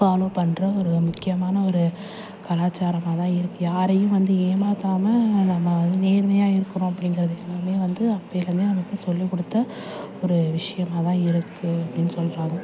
follow பண்ணுற ஒரு முக்கியமான ஒரு கலாச்சாரமாகதான் இருக்குது யாரையும் வந்து ஏமாற்றாம நம்ம வந்து நேர்மையாக இருக்கிறோம் அப்படிங்கறது எல்லாமே வந்து அப்பைலேருந்தே நமக்கு சொல்லிக்கொடுத்த ஒரு விஷயமாதான் இருக்குது அப்படின் சொல்கிறாங்க